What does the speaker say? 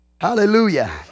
Hallelujah